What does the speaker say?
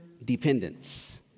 Dependence